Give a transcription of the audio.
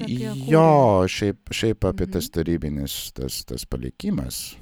jo šiaip šiaip apie tas tarybinis tas tas palikimas